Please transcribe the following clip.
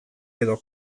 edo